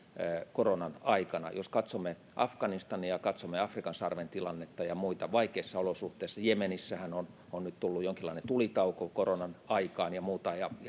koronan aikana jos katsomme afganistania ja katsomme afrikan sarven tilannetta ja muita vaikeissa olosuhteissa ja jemenissähän on on nyt tullut jonkinlainen tulitauko koronan aikaan ja muuta ja